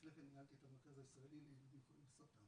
לפני כן ניהלתי את המרכז הישראלי לילדים חולי סרטן,